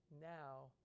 Now